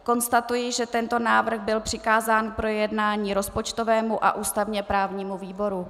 Konstatuji, že tento návrh byl přikázán k projednání rozpočtovému a ústavněprávnímu výboru.